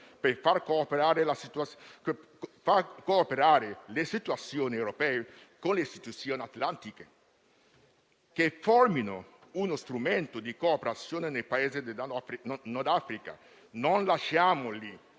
per far cooperare le istituzioni europee con le istituzioni atlantiche affinché formino uno strumento di cooperazione nei Paesi del Nord Africa. Non lasciamoli